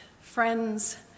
friends